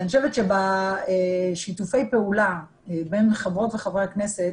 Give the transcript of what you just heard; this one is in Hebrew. אני חושבת שבשיתופי הפעולה בין חברות וחברי הכנסת